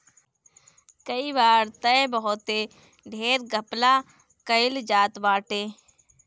कई बार तअ बहुते ढेर घपला कईल जात बाटे